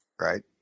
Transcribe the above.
Right